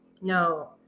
No